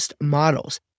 models